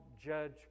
judge